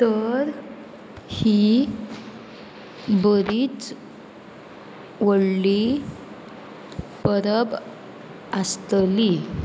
तर ही बरीच व्हडली परब आसतली